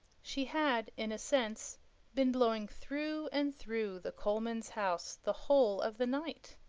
she had in a sense been blowing through and through the colemans' house the whole of the night.